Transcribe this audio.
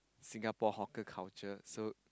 Singapore hawker culture so